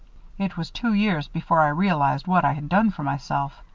it was two years before i realized what i had done for myself.